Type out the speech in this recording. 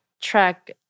track